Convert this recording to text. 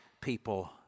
people